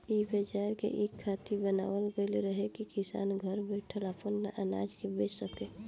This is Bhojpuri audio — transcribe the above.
इ बाजार के इ खातिर बनावल गईल रहे की किसान घर बैठल आपन अनाज के बेचा सके